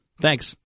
Thanks